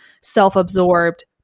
self-absorbed